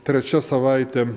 trečia savaitė